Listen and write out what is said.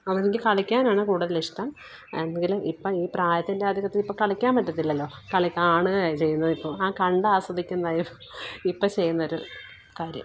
ആ എനിക്ക് കളിക്കാനാണ് കൂടുതൽ ഇഷ്ടം എങ്കിലും ഇപ്പം ഈ പ്രായത്തിൻ്റെ അധികത്തിൽ ഇപ്പോൾ കളിക്കാൻ പറ്റത്തില്ലല്ലോ കളി കാണുക ചെയ്യുന്നതിപ്പം ആ കണ്ട് ആസ്വദിക്കുന്ന ഇപ്പോൾ ചെയ്യുന്ന ഒരു കാര്യം